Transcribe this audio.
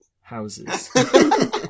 houses